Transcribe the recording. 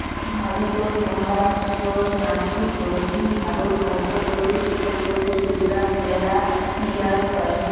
ভারতত মহারাষ্ট্রর নাসিক, দক্ষিণ ভারত, মইধ্যপ্রদেশ, উত্তরপ্রদেশ, গুজরাটত মেলা পিঁয়াজ হই